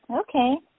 Okay